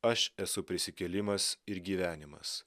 aš esu prisikėlimas ir gyvenimas